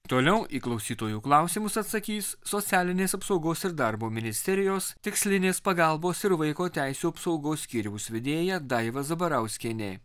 toliau į klausytojų klausimus atsakys socialinės apsaugos ir darbo ministerijos tikslinės pagalbos ir vaiko teisių apsaugos skyriaus vedėja daiva zabarauskienė